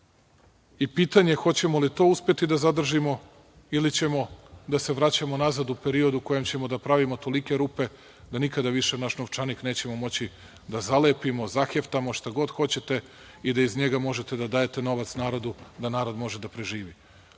i pitanje je hoćemo li to uspeti da zadržimo ili ćemo da se vraćamo nazad u period u kojem ćemo da pravimo tolike rupe da nikada više naš novčanik nećemo moći da zalepimo, zaheftamo, šta god hoćete, i da iz njega možete da dajete novac narodu, da narod može da preživi,